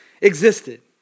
existed